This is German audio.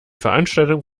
veranstaltung